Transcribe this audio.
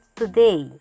today